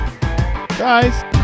guys